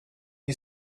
you